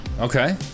Okay